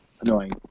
annoying